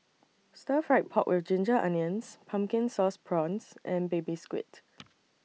Stir Fried Pork with Ginger Onions Pumpkin Sauce Prawns and Baby Squid